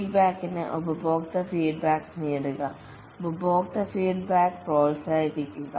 ഫീഡ്ബാക്കിന് ഉപഭോക്തൃ ഫീഡ്ബാക്ക് നേടുക ഉപഭോക്തൃ ഫീഡ്ബാക്ക് പ്രോത്സാഹിപ്പിക്കുക